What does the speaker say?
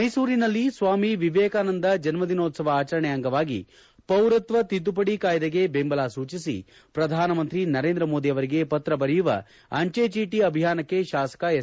ಮೈಸೂರಿನಲ್ಲಿ ಸ್ವಾಮಿ ವಿವೇಕಾನಂದ ಜನ್ನದಿನೋತ್ಸವ ಆಚರಣೆ ಅಂಗವಾಗಿ ಪೌರತ್ವ ತಿದ್ದುಪಡಿ ಕಾಯಿದೆಗೆ ಬೆಂಬಲ ಸೂಚಿಸಿ ಪ್ರಧಾನಮಂತ್ರಿ ನರೇಂದ್ರ ಮೋದಿ ಅವರಿಗೆ ಪತ್ರ ಬರೆಯುವ ಅಂಚೆ ಚೀಟಿ ಅಭಿಯಾನಕ್ಕೆ ಶಾಸಕ ಎಸ್